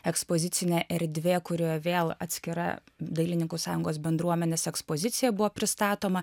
ekspozicinė erdvė kurioj vėl atskira dailininkų sąjungos bendruomenės ekspozicija buvo pristatoma